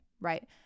Right